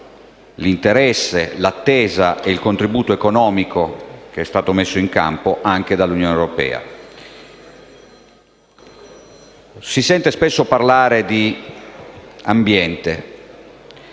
l'interesse, l'attesa e il contribuito economico che è stato messo in campo, anche dall'Unione europea. Si sente spesso parlare di ambiente.